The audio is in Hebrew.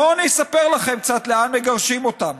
בואו אני אספר לכם קצת לאן מגרשים אותם.